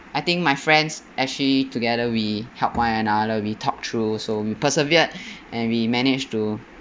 I think my friends actually together we help one another we talk through so we persevered and we managed to